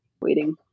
waiting